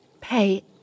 pay